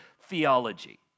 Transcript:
theology